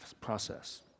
process